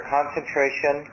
Concentration